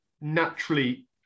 naturally